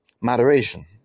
moderation